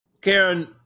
Karen